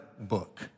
Book